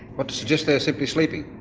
what to suggest they're simply sleeping?